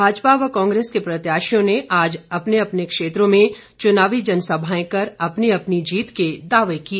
भाजपा व कांग्रेस के प्रत्याशियों ने आज अपने अपने क्षेत्रों में चुनावी जनसभाएं कर अपनी अपनी जीत के दावे किए